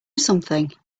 something